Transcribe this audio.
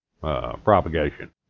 propagation